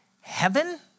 heaven